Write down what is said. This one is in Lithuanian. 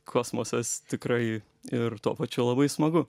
kosmosas tikrai ir tuo pačiu labai smagu